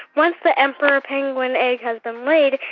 once the emperor penguin egg has been laid,